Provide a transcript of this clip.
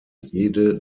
jede